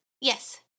yes